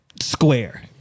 square